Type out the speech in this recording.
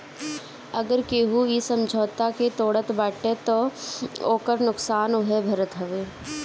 अगर केहू इ समझौता के तोड़त बाटे तअ ओकर नुकसान उहे भरत हवे